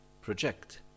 project